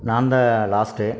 நான்தான் லாஸ்ட்டு